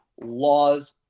laws